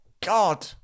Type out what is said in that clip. God